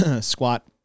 squat